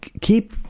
keep